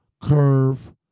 curve